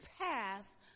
past